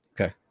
Okay